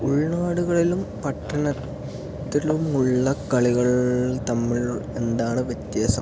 ഉൾനാടുകളും പട്ടണത്തിലും ഉള്ള കളികൾ തമ്മിൽ എന്താണ് വ്യത്യാസം